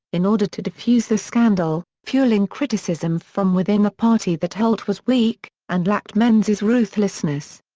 in order to defuse the scandal, fuelling criticism from within the party that holt was weak and lacked menzies' ruthlessness.